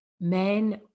men